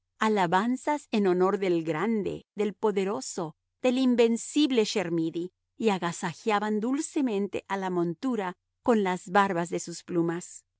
alabanzas en honor del grande del poderoso del invencible chermidy y agasajaban dulcemente a la montura con las barbas de sus plumas